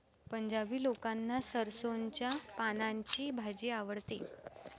पंजाबी लोकांना सरसोंच्या पानांची भाजी आवडते